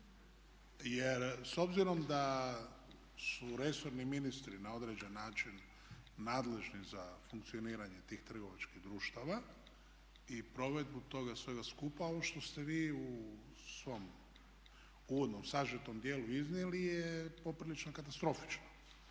Jer s obzirom da su resorni ministri na određen način nadležni za funkcioniranje tih trgovačkih društava i provedbu toga svega skupa. Ovo što ste vi u svom uvodnom sažetom dijelu iznijeli je poprilično katastrofično